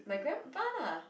my grandpa lah